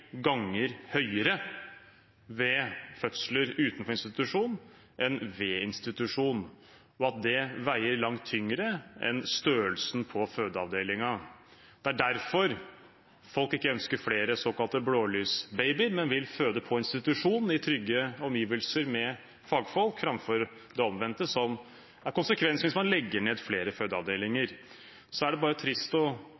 ganger høyere ved fødsler utenfor institusjon enn i institusjon, og at det veier langt tyngre enn størrelsen på fødeavdelingen. Det er derfor folk ikke ønsker flere såkalte blålysbabyer, men vil føde i institusjon, i trygge omgivelser med fagfolk, framfor det omvendte, som er konsekvensen hvis man legger ned flere